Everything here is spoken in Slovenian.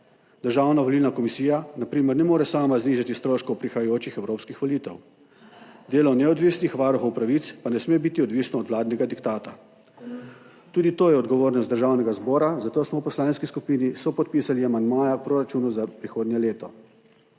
Državna volilna komisija na primer ne more sama znižati stroškov prihajajočih evropskih volitev, delo neodvisnih varuhov pravic pa ne sme biti odvisno od vladnega diktata. Tudi to je odgovornost Državnega zbora, zato smo v poslanski skupini sopodpisali amandmaja k proračunu za prihodnje leto.